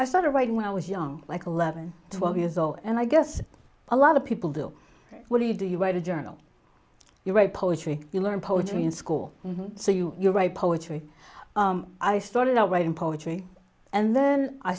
i started writing when i was young like eleven twelve years old and i guess a lot of people do what do you do you write a journal you write poetry you learn poetry in school so you you write poetry i started writing poetry and then i